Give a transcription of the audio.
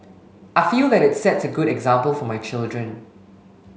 I feel that it sets a good example for my children